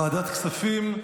ועדת הכספים,